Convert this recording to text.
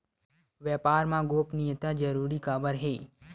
व्यापार मा गोपनीयता जरूरी काबर हे?